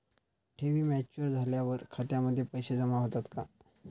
ठेवी मॅच्युअर झाल्यावर खात्यामध्ये पैसे जमा होतात का?